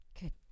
Good